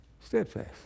Steadfast